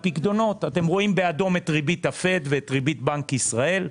אתם רואים באדום את ריבית הפד ואת ריבית בנק ישראל,